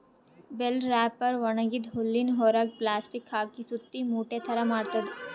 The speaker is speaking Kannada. ಬೆಲ್ ರ್ಯಾಪರ್ ಒಣಗಿದ್ದ್ ಹುಲ್ಲಿನ್ ಹೊರೆಗ್ ಪ್ಲಾಸ್ಟಿಕ್ ಹಾಕಿ ಸುತ್ತಿ ಮೂಟೆ ಥರಾ ಮಾಡ್ತದ್